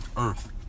Earth